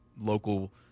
local